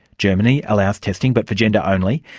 germany allows testing, but for gender only,